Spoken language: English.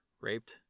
raped